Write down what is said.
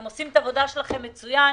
אתם עושים את העבודה שלכם מצוין,